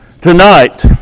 Tonight